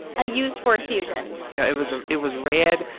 a used ford fusion you know, it was a it was red,